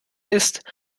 ist